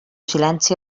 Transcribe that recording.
silenci